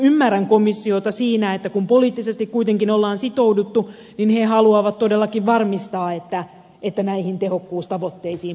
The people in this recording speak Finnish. ymmärrän komissiota siinä että kun poliittisesti kuitenkin on sitouduttu niin se haluaa todellakin varmistaa että näihin tehokkuustavoitteisiin päästään